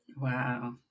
Wow